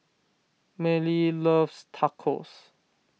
Millie loves Tacos